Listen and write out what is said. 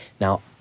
Now